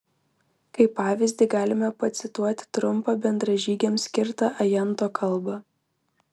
kaip pavyzdį galime pacituoti trumpą bendražygiams skirtą ajanto kalbą